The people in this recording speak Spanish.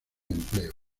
empleo